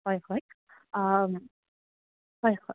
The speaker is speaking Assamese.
হয় হয় হয় হয়